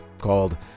called